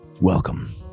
welcome